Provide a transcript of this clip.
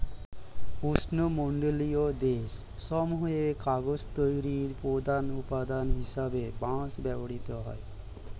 উষ্ণমণ্ডলীয় দেশ সমূহে কাগজ তৈরির প্রধান উপাদান হিসেবে বাঁশ ব্যবহৃত হয়